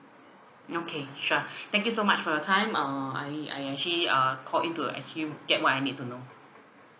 okay sure thank you so much for your time err I I actually uh call in to actually get what I need to know